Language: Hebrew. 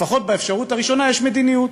לפחות באפשרות הראשונה יש מדיניות.